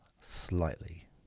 Slightly